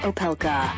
Opelka